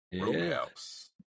Roadhouse